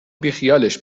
بیخیالش